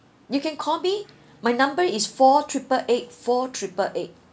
you can call my number is four triple eight four triple eight